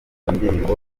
indirimbo